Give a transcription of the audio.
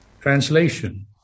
Translation